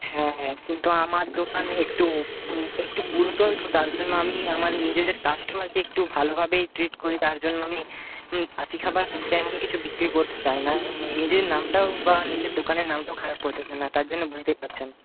হ্যাঁ হ্যাঁ কিন্তু আমার দোকান একটু একটু পুরাতন তো তার জন্য আমি আমার নিজের কাস্টমারকে একটু ভালোভাবেই ট্রিট করি তার জন্য আমি বাসি খাবার তেমন কিছু বিক্রি করতে চাই না এবং নিজের নামটাও বা নিজের দোকানের নামটাও খারাপ করতে চাই না তার জন্য বুঝতেই পারছেন